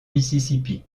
mississippi